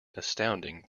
astonishing